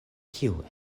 kiu